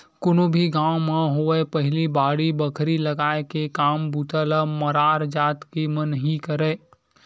कोनो भी गाँव म होवय पहिली बाड़ी बखरी लगाय के काम बूता ल मरार जात के मन ही करय